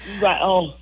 Right